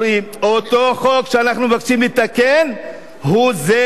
אותו חוק שאנחנו מבקשים לתקן הוא זה שנתן